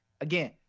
again